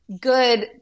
good